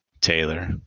Taylor